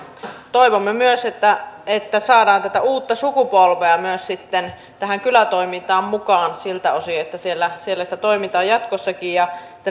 toivomme että että saadaan myös tätä uutta sukupolvea tähän kylätoimintaan mukaan siltä osin että siellä siellä sitä toimintaa on jatkossakin ja että